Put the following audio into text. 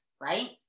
right